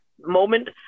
moment